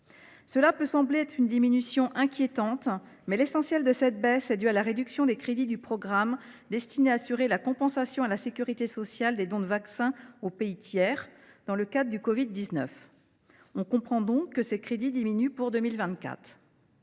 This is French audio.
peut paraître inquiétante, l’essentiel est dû à la réduction des crédits du programme destiné à assurer la compensation à la sécurité sociale des dons de vaccins aux pays tiers dans le cadre de la covid 19. On comprend donc que ces crédits diminuent pour 2024.